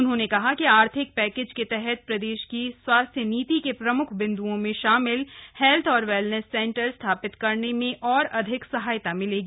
उन्होंने कहा कि आर्थिक पैकेज के तहत प्रदेश की स्वास्थ्य नीति के प्रमुख बिन्दुओं में शामिल हेल्थ और वेलनेस सेंटर स्थापित करने में और अधिक सहायता मिलेगी